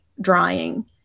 drying